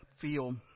feel